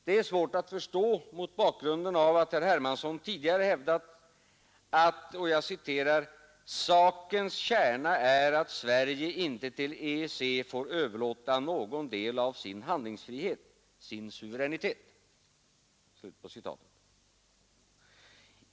Det är svårt att förstå mot bakgrunden av att herr Hermansson tidigare hävdat att ”sakens kärna är att Sverige inte till EEC får överlåta någon del av sin handlingsfrihet, sin suveränitet”.